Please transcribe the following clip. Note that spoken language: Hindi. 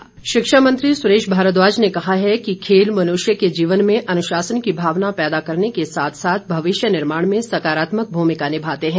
सुरेश भारद्वाज शिक्षा मंत्री सुरेश भारद्वाज ने कहा है कि खेल मनुष्य के जीवन में अनुशासन की भावना पैदा करने के साथ साथ भविष्य निर्माण में सकारात्मक भूमिका निभाते है